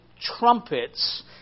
trumpets